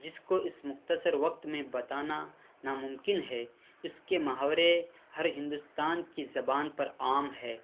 جس کو اس مختصر وقت میں بتانا ناممکن ہے اس کے محاورے ہر ہندوستانی کی زبان پر عام ہے